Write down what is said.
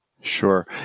Sure